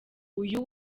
uyu